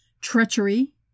Treachery